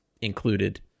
included